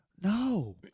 no